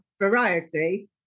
variety